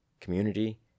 community